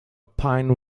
pine